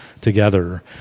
together